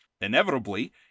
inevitably